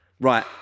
Right